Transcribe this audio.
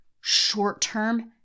short-term